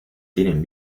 tienen